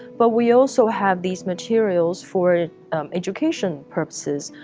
but we also have these materials for education purposes.